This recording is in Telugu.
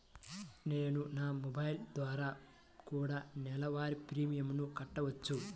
నేను నా మొబైల్ ద్వారా కూడ నెల వారి ప్రీమియంను కట్టావచ్చా?